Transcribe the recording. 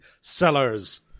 sellers